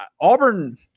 Auburn